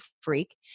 freak